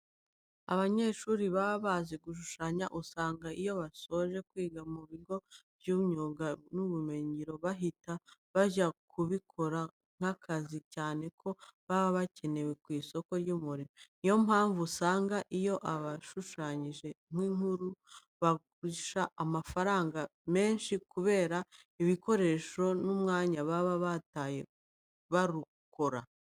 Abanyeshuri baba bazi gushushanya usanga iyo basoje kwiga mu bigo by'imyuga n'ubumenyingiro bahita bajya kubikora nk'akazi cyane ko baba bakenewe ku isoko ry'umurimo. Ni yo mpamvu usanga iyo bashushanyije nk'ururabo barugurisha amafaranga menshi kubera ibikoresho n'umwanya baba bataye barukora.